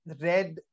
red